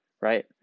right